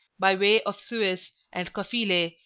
by way of suez and kufileh,